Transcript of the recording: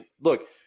look